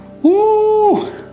Woo